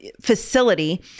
facility